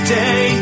day